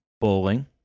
bowling